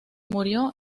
murió